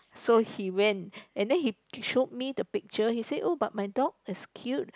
so he went and then he showed me the picture he said that but my dog is cute